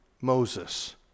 Moses